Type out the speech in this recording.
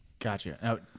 Gotcha